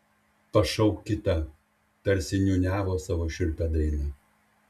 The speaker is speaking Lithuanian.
pašauk kitą tarsi niūniavo savo šiurpią dainą